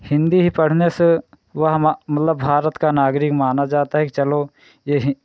हिन्दी ही पढ़ने से वह हमा मतलब भारत का नागरिक माना जाता है कि चलो यह ही